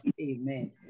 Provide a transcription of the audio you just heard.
Amen